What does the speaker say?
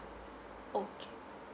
okay